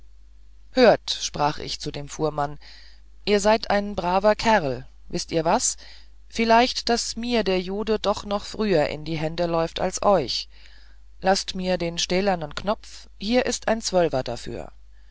hört sprach ich zu dem fuhrmann ihr seid ein braver kerl wißt ihr was vielleicht daß mir der jude doch noch früher in die hände läuft als euch laßt mir den stählernen knopf hier ist ein zwölfer dafür